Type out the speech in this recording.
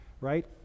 right